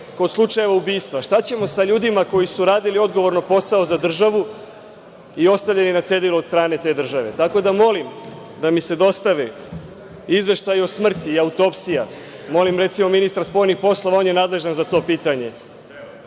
kod slučaja ubistva, šta ćemo sa ljudima koji su radili odgovorno posao za državu i ostavljeni na cedilu od strane te države. Tako da molim da mi se dostave izveštaji o smrti i autopsija, molim recimo ministra spoljnih poslova, on je nadležan za to pitanje,